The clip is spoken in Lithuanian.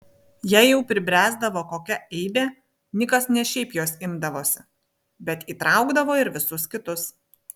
jei jau pribręsdavo kokia eibė nikas ne šiaip jos imdavosi bet įtraukdavo ir visus kitus